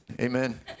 amen